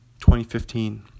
2015